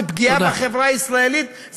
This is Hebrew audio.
זה פגיעה בחברה הישראלית,